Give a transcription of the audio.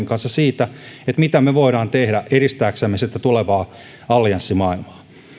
kanssa käydään keskustelua siitä mitä me voimme tehdä edistääksemme sitä tulevaa allianssimaailmaa